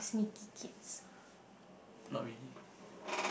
sneaky kids